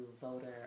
voter